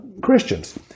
Christians